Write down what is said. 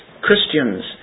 Christians